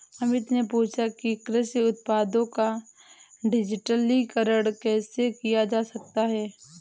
अमित ने पूछा कि कृषि उत्पादों का डिजिटलीकरण कैसे किया जा सकता है?